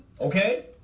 Okay